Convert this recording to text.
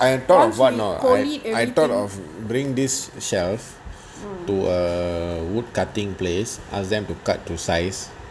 I thought of what know I thought of bring this shelf to a wood cutting place ask them to cut to size